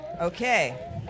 Okay